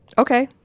ok